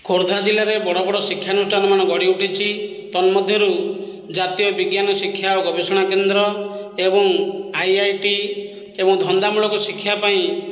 ଖୋର୍ଦ୍ଧା ଜିଲ୍ଲା ରେ ବଡ଼ ବଡ଼ ଶିକ୍ଷାନୁଷ୍ଠାନ ମାନ ଗଢ଼ି ଉଠିଛି ତନ୍ମଧ୍ୟରୁ ଜାତୀୟ ବିଜ୍ଞାନ ଶିକ୍ଷା ଓ ଗବେଷଣା କେନ୍ଦ୍ର ଏବଂ ଆଇ ଆଇ ଟି ଏବଂ ଧନ୍ଦାମୂଳକ ଶିକ୍ଷା ପାଇଁ